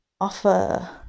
offer